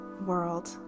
world